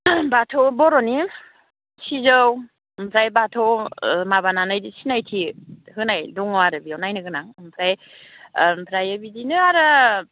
बाथौ बर'नि सिजौ ओमफ्राय बाथौ माबानानै सिनायथि होनाय दङ आरो बेयाव नायनो गोनां ओमफ्राय बिदिनो आरो